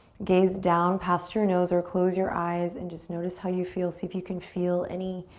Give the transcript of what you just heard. gaze down past your nose or close your eyes and just notice how you feel. see if you can feel any